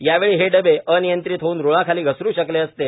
यावेळी हे डबे अनियंत्रित होऊन रुळाखाली घसरू शकले असते